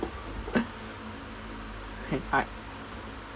I